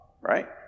right